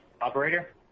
Operator